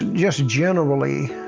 just generally